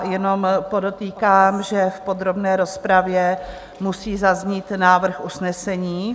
Jenom podotýkám, že v podrobné rozpravě musí zaznít návrh usnesení.